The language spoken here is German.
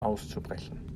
auszubrechen